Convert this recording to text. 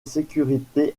sécurité